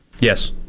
Yes